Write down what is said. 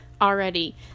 already